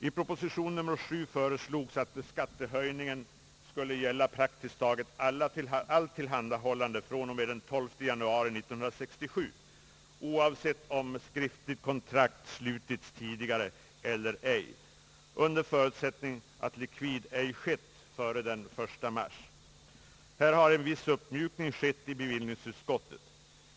I proposition nr 7 föreslogs att skattehöjningen skulle gälla praktiskt taget alla leveranser och tjänster fr.o.m. den 12 januari 1967, oavsett om skriftligt kontrakt slutits tidigare eller ej, under förutsättning att likvid ej skett före den 1 mars. Här har en viss uppmjukning skett i bevillningsutskottet.